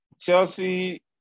Chelsea